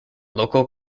local